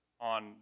on